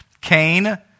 Cain